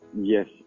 Yes